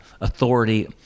authority